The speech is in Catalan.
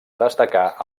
destacar